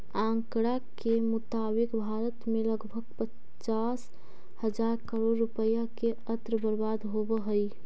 आँकड़ा के मुताबिक भारत में लगभग पचास हजार करोड़ रुपया के अन्न बर्बाद हो जा हइ